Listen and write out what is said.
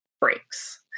breaks